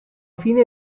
fine